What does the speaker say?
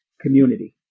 community